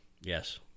Yes